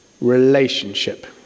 relationship